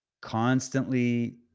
constantly